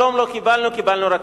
שלום לא קיבלנו, קיבלנו רקטות.